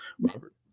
Robert